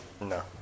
no